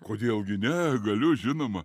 kodėl gi ne galiu žinoma